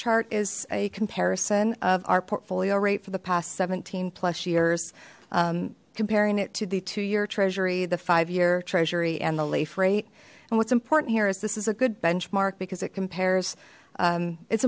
chart is a comparison of our portfolio rate for the past seventeen plus years comparing it to the two year treasury the five year treasury and the lafe rate and what's important here is this is a good benchmark because it compares it's